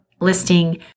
listing